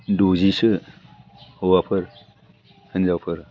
द'जिसो हौवाफोर हिन्जावफोर